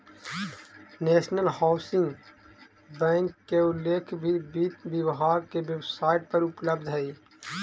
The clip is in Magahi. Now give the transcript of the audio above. नेशनल हाउसिंग बैंक के उल्लेख भी वित्त विभाग के वेबसाइट पर उपलब्ध हइ